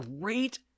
great